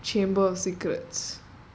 chamber of secrets